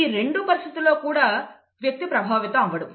ఈ రెండూ పరిస్థితులలో కూడా వ్యక్తి ప్రభావితం అవ్వడు